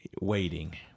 waiting